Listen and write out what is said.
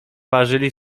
ważyli